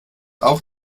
auch